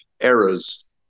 errors